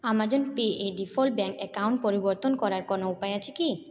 Amazon Pay এ default bank account পরিবর্তন করার কোনো উপায় আছে কি